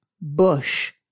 bush